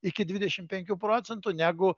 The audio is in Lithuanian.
iki dvidešim penkių procentų negu